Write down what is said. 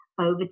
over